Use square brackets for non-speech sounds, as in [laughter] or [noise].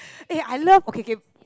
[breath] I love okay okay